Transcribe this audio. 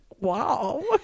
Wow